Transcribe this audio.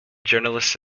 journalists